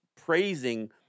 praising